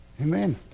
Amen